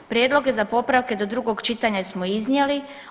Prijedloge za popravke do drugog čitanja smo iznijeli.